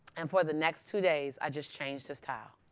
and for the next two days, i just changed his towel.